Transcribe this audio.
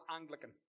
Anglican